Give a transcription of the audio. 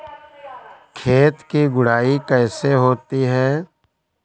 खेत की गुड़ाई कैसे होती हैं?